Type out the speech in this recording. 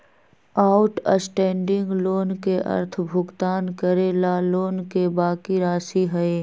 outstanding loan के अर्थ भुगतान करे ला लोन के बाकि राशि हई